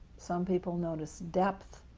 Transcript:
some people notice depth.